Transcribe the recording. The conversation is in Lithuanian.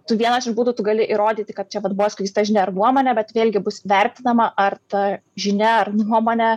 tu vienas iš būdų tu gali įrodyti kad čia pat buvo skleista žinia ar nuomonė bet vėlgi bus vertinama ar ta žinia ar nuomonė